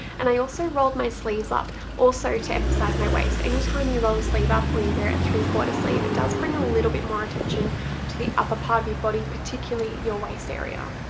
and i also rolled my sleeves up also to emphasize my waist. anytime you roll a sleeve up or you wear a three-quarter sleeve, it does bring a little bit more attention to the upper part of your body particularly your waist area.